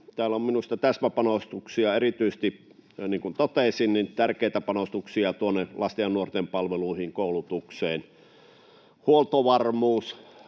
täällä on minusta täsmäpanostuksia erityisesti — niin kuin totesin, tärkeitä panostuksia lasten ja nuorten palveluihin, koulutukseen. Huoltovarmuus,